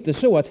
på.